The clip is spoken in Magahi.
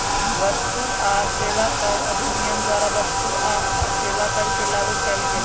वस्तु आ सेवा कर अधिनियम द्वारा वस्तु आ सेवा कर के लागू कएल गेल